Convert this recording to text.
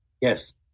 Yes